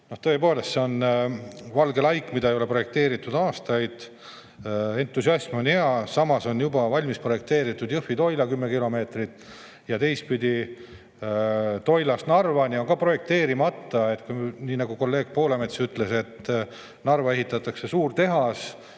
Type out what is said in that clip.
Tõepoolest, see on valge laik, mida ei ole projekteeritud aastaid. Entusiasm on hea. Samas on juba valmis projekteeritud 10-kilomeetrine Jõhvi-Toila [lõik], kuid Toilast Narvani on ka projekteerimata. Nii nagu kolleeg Poolamets ütles, Narva ehitatakse suur tehas.